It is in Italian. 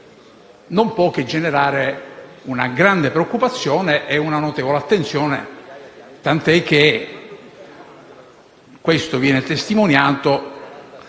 non può che generare una grande preoccupazione e una notevole attenzione, tant'è che questo viene testimoniato